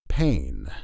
Pain